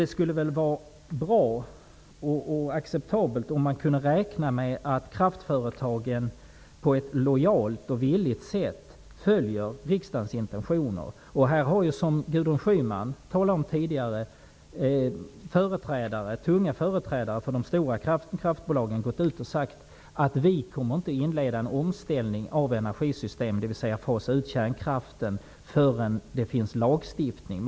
Det skulle vara bra och acceptabelt om man kunde räkna med att kraftföretagen på ett lojalt och villigt sätt följer riksdagens intentioner. Här har ju, som Gudrun Schyman talade om tidigare, tunga företrädare för de stora kraftbolagen gått ut och sagt att de inte kommer att inleda en omställning av energisystemen, dvs. fasa ut kärnkraften, förrän det finns lagstiftning.